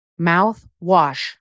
Mouthwash